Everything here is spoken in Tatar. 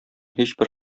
һичбер